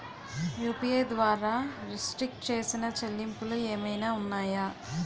UPI ద్వారా restrict చేసిన చెల్లింపులు ఏమైనా ఉన్నాయా?